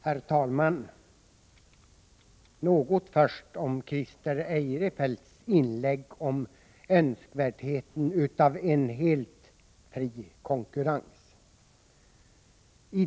Herr talman! Först några ord om Christer Eirefelts inlägg om önskvärdheten av en helt fri konkurrens.